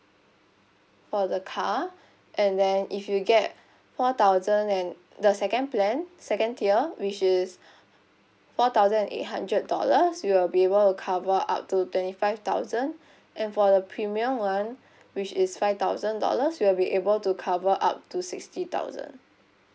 for the car and then if you get four thousand and the second plan second tier which is four thousand and eight hundred dollars you will be able to cover up to twenty five thousand and for the premium one which is five thousand dollars you'll be able to cover up to sixty thousand